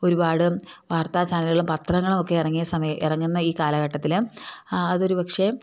ഒരുപാട് വാർത്താ ചാനലുകളും പത്രങ്ങളുമൊക്കെ ഇറങ്ങിയ സമയം ഇറങ്ങുന്ന ഈ കാലഘട്ടത്തിൽ അത് ഒരുപക്ഷെ